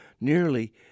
nearly